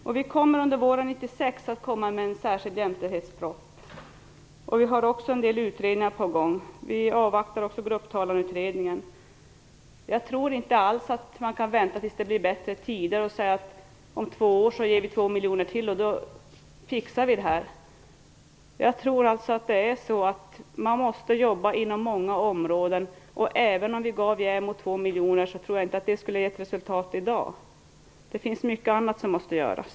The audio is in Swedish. Under våren 1996 kommer regeringen att lägga fram en särskild jämställdhetsproposition. Det är också en del utredningar på gång. Vi avvaktar även Grupptalanutredningens resultat. Jag tror inte alls att man kan vänta på bättre tider och säga att om två år avsätter vi ytterligare 2 miljoner och då fixar vi det här. Man måste jobba inom många områden. Även om vi tilldelade JämO 2 miljoner tror jag inte att detta skulle ge resultat i dag. Det finns så mycket annat som måste göras.